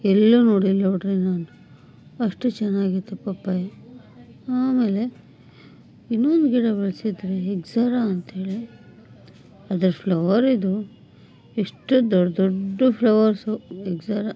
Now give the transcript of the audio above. ಎಲ್ಲು ನೋಡಲಿಲ್ಲ ನೋಡಿರಿ ನಾನು ಅಷ್ಟು ಚೆನ್ನಾಗಿತ್ತು ಪಪ್ಪಾಯ ಆಮೇಲೆ ಇನ್ನೊಂದು ಗಿಡ ಬೆಳೆಸಿದ್ವಿ ಎಕ್ಸರಾ ಅಂತೇಳಿ ಅದ್ರ ಫ್ಲವರ್ ಇದು ಎಷ್ಟು ದೊಡ್ಡ ದೊಡ್ಡ ಫ್ಲವರ್ಸು ಎಕ್ಸರಾ